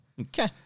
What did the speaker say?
Okay